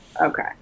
Okay